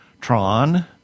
Tron